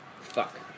Fuck